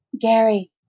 Gary